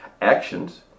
actions